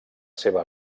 seva